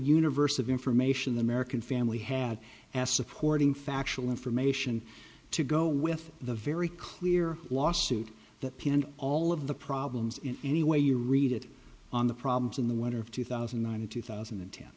universe of information the american family had asked supporting factual information to go with the very clear lawsuit that pinned all of the problems in any way you read it on the problems in the winter of two thousand and nine and two thousand and ten